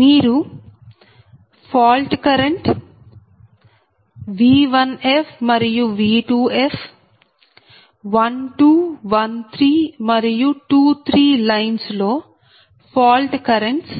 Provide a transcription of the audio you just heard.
మీరు a fault current bV1f మరియు V2f c 1 21 3 మరియు 2 3 లైన్స్ లో ఫాల్ట్ కరెంట్స్